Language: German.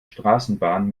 straßenbahn